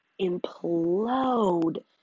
implode